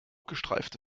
gestreifte